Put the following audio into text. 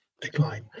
decline